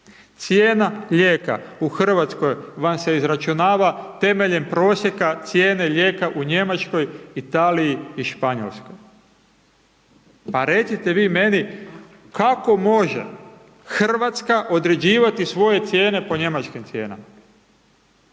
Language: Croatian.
Cijena lijeka u Hrvatskoj vam se izračunava temeljem prosjeka cijene lijeka u Njemačkoj, Italiji i Španjolskoj. Pa recite vi meni kako može Hrvatska određivati svoje cijene po njemačkim cijenama,